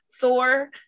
Thor